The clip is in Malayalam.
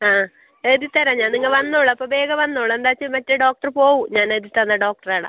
ആ എഴുതി തരാം ഞാൻ നിങ്ങൾ വന്നോളൂ അപ്പോൾ വേഗം വന്നോളൂ എന്താണ് വെച്ചാൽ മറ്റേ ഡോക്ടർ പോവും ഞാൻ എഴുതി തന്ന ഡോക്ടറേ അവിടെ